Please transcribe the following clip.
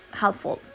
helpful